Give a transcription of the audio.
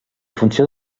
funció